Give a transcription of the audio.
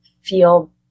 feel